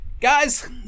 guys